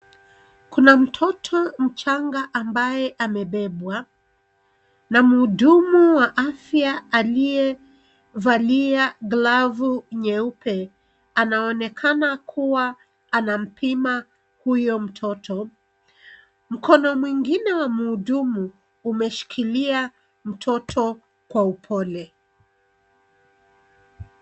Kuna mtoto mchanga ambaye amebebwa, na mhudumu wa afya aliyevaa glavu nyeupe. Anaonekana kua anampima huyo mtoto. Mkono mwingine wa mhudumu, umeshikilia mtoto kwa upole.